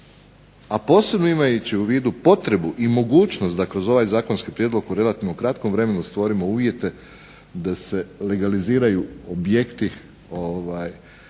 a posebno imajući u vidu potrebu i mogućnost da kroz ovaj zakonski prijedlog u relativno kratkom vremenu stvorimo uvjete da se legaliziraju objekti